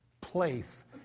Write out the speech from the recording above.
place